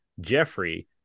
Jeffrey